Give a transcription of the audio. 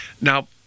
Now